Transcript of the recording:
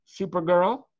supergirl